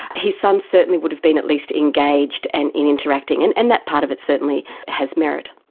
his son certainly would have been at least engaged and interacting, and and that part of it certainly has merit.